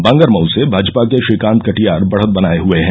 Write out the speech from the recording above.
बांगरमऊ से भाजपा के श्रीकान्त कटियार बढ़त बनाये हये हैं